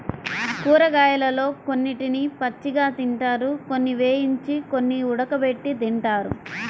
కూరగాయలలో కొన్నిటిని పచ్చిగా తింటారు, కొన్ని వేయించి, కొన్ని ఉడకబెట్టి తింటారు